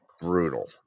brutal